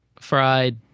fried